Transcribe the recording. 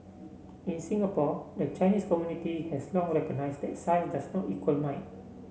in Singapore the Chinese community has long recognised that size does not equal might